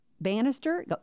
banister